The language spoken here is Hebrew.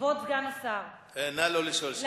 כבוד סגן השר, נא לא לשאול שאלות קשות.